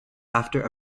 after